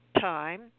time